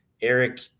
Eric